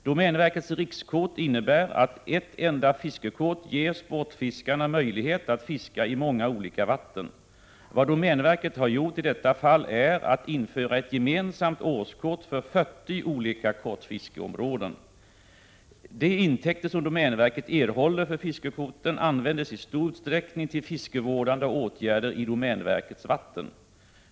Domänverkets rikskort innebär att ett enda fiskekort ger sportfiskarna möjlighet att fiska i många olika vatten. Vad domänverket har gjort i detta fall är att införa ett gemensamt årskort för 40 olika kortfiskeområden. De intäkter som domänverket erhåller för fiskekorten används i stor utsträckning till fiskevårdande åtgärder i domänverkets vatten.